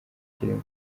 kirimo